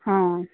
ହଁ